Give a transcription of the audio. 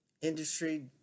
industry